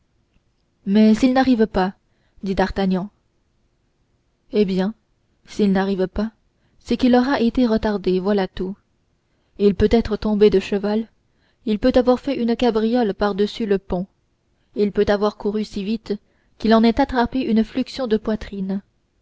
mais s'il n'arrive pas dit d'artagnan eh bien s'il n'arrive pas c'est qu'il aura été retardé voilà tout il peut être tombé de cheval il peut avoir fait une cabriole par-dessus le pont il peut avoir couru si vite qu'il en ait attrapé une fluxion de poitrine